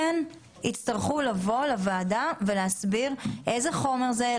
כן יצטרכו לבוא לוועדה ולהסביר איזה חומר זה,